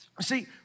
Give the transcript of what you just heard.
see